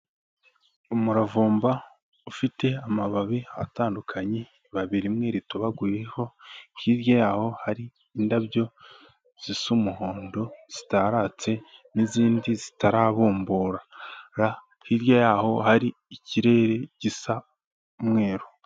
Umuravumba ufite amababi atandukanye, ibabi rimwe ritobaguyeho, hirya yaho hari indabyo zisa umuhondo zitaratse n'izindi zitarabumbura, hirya y'aho hari ikirere gisa umweru.